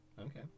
okay